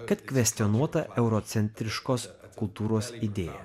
kad kvestionuota eurocentriškos kultūros idėja